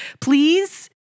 Please